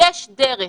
יש דרך,